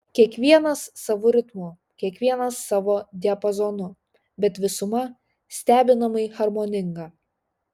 kiekvienas savu ritmu kiekvienas savo diapazonu bet visuma stebinamai harmoninga